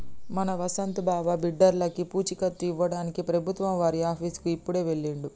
మా వసంత్ బావ బిడ్డర్లకి పూచీకత్తు ఇవ్వడానికి ప్రభుత్వం వారి ఆఫీసుకి ఇప్పుడే వెళ్ళిండు